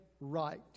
right